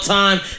time